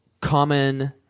common